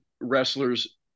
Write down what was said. wrestlers